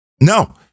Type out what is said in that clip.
no